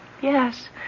yes